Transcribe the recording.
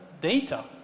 data